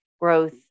growth